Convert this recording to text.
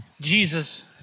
Jesus